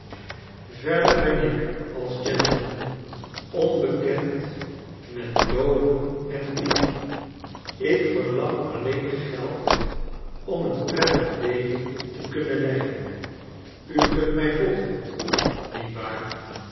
verder ben ik als gentleman onbekend met loven en bieden ik verlang alleen geld om een prettig leven te kunnen leiden u kunt mij volgen nietwaar